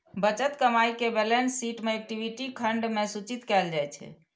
बचल कमाइ कें बैलेंस शीट मे इक्विटी खंड मे सूचित कैल जाइ छै